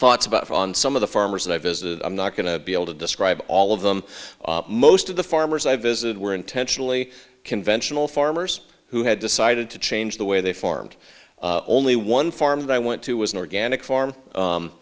thoughts on some of the farmers that i visit i'm not going to be able to describe all of them most of the farmers i visited were intentionally conventional farmers who had decided to change the way they farmed only one farm that i went to was an organic farm